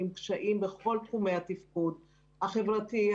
עם קשיים בכל תחומי התפקוד החברתי,